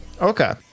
Okay